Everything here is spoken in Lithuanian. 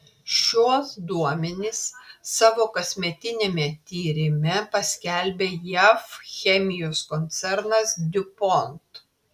šiuos duomenis savo kasmetiniame tyrime paskelbė jav chemijos koncernas diupont